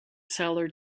seller